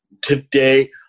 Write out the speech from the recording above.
Today